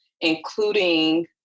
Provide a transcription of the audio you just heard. including